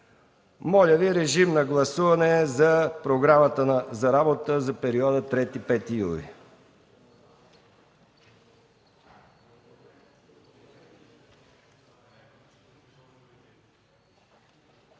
Моля режим на гласуване за Програмата за работата за периода 3-5 юли